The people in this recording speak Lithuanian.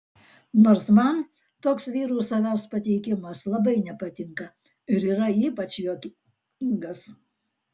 nors man toks vyrų savęs pateikimas labai nepatinka ir yra ypač juokingas